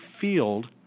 field